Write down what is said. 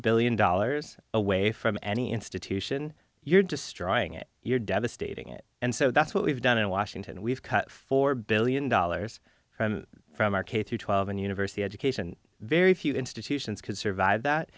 billion dollars away from any institution you're destroying it you're devastating it and so that's what we've done in washington we've cut four billion dollars from from our k through twelve and university education very few institutions can survive